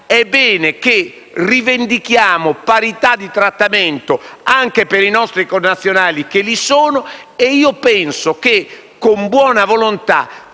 è bene che rivendichiamo parità di trattamento anche per i nostri connazionali che si trovano in quel Paese. Io penso che, con buona volontà,